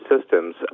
systems